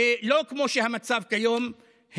ולא כמו שהמצב כיום,